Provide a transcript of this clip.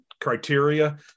criteria